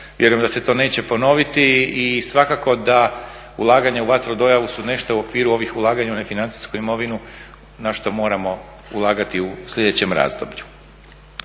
Vjerujem da se to neće ponoviti i svakako da ulaganja u vatrodojavu su nešto u okviru ovih ulaganja u nefinancijsku imovinu, na što moramo ulagati u sljedećem razdoblju.